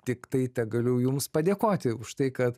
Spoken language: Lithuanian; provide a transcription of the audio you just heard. tiktai tegaliu jums padėkoti už tai kad